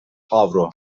avro